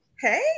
Hey